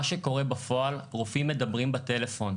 מה שקורה בפועל, רופאים מדברים בטלפון.